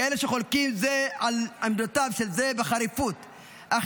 כאלה שחולקים זה על עמדותיו של זה בחריפות אך